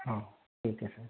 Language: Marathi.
हो ठीक आहे साहेब